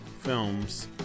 films